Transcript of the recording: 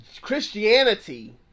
Christianity